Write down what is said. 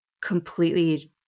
completely